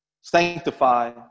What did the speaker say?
sanctify